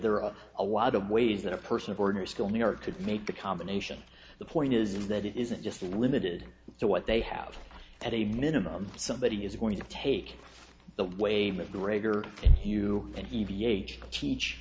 there are a lot of ways that a person of order still new york to make the combination the point is that it isn't just limited to what they have at a minimum somebody is going to take the wave of greater you can deviate teach